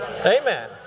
Amen